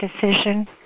decision